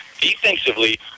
Defensively